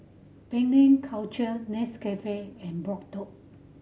Penang Culture Nescafe and Bardot